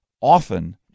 often